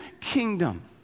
kingdom